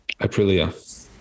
Aprilia